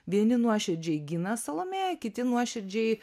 vieni nuoširdžiai gina salomėją kiti nuoširdžiai